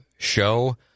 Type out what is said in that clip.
show